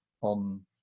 on